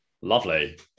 Lovely